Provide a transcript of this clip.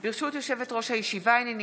תודה רבה.